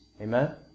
Amen